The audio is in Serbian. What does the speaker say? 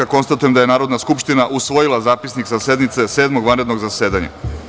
Konstatujem da je Narodna skupština usvojila Zapisnik sa sednice Sedmog vanrednog zasedanja.